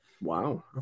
Wow